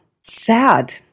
sad